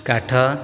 କାଠ